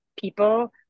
people